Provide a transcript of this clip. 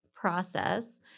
process